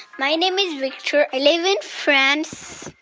my name is victor. i live in france.